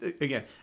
Again